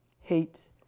Hate